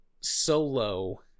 solo